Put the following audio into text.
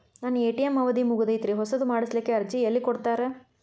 ನನ್ನ ಎ.ಟಿ.ಎಂ ಅವಧಿ ಮುಗದೈತ್ರಿ ಹೊಸದು ಮಾಡಸಲಿಕ್ಕೆ ಅರ್ಜಿ ಎಲ್ಲ ಕೊಡತಾರ?